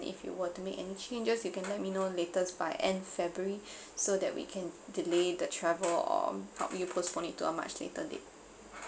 if you were to make any changes you can let me know latest by end february so that we can delay the travel or help you postpone it to a much later date